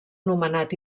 nomenat